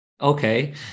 Okay